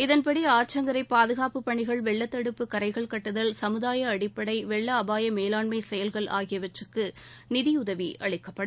இதன்படி ஆற்றங்கரை பாதுனப்பு பணிகள் வெள்ளத்தடுப்பு கரைகள் கட்டுதல் சமுதாய அடிப்படை வெள்ள அபாய மேலாண்மை செயல்கள் ஆகியவற்றுக்கு நிதியுதவி அளிக்கப்படும்